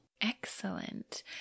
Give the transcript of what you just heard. Excellent